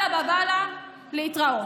עלא באב אללה, להתראות.